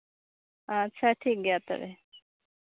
ᱟᱪᱪᱷᱟ ᱴᱷᱤᱠ ᱜᱮᱭᱟ ᱛᱚᱵᱮ